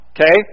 Okay